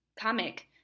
comic